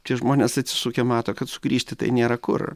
tie žmonės atsisukę mato kad sugrįžti tai nėra kur